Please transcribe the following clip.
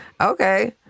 Okay